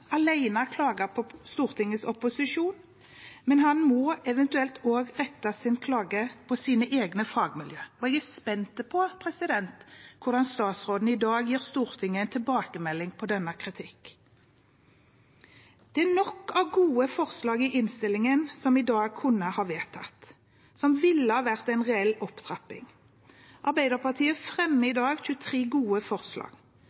klage på Stortingets opposisjon, han må eventuelt også rette sin klage mot sine egne fagmiljøer. Jeg er spent på hvordan statsråden i dag gir Stortinget tilbakemelding på denne kritikken. Det er nok av gode forslag i innstillingen som vi i dag kunne ha vedtatt, som ville ha vært en reell opptrapping. Arbeiderpartiet fremmer i dag 23 gode forslag,